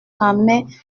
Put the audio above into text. ramait